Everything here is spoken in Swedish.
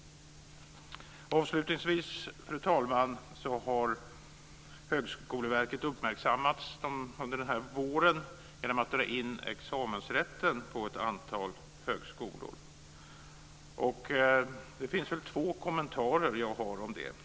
Avslutningsvis, herr talman, har Högskoleverket uppmärksammats under våren genom att man dragit in examensrätten på ett antal högskolor. Det finns två kommentarer som jag har till det.